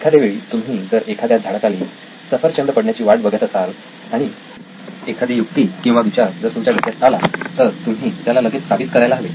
एखादे वेळी तुम्ही जर एखाद्या झाडाखाली सफरचंद पडण्याची वाट बघत असाल आणि एखादी युक्ती किंवा विचार जर तुमच्या डोक्यात आला तर तुम्ही त्याला लगेच काबीज करायला हवे